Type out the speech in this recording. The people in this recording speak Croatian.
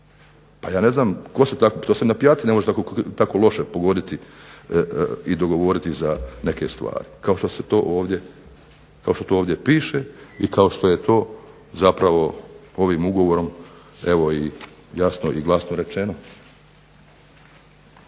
Ja ne znam, to se na pijaci ne može tako loše pogoditi i dogovoriti za neke stvari kao što se to ovdje piše, i kao što je to zapravo ovim ugovorom i jasno i glasno rečeno.